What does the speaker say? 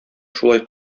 шулай